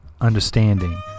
understanding